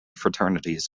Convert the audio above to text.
fraternities